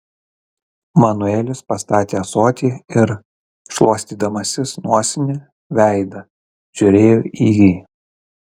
manuelis pastatė ąsotį ir šluostydamasis nosine veidą žiūrėjo į jį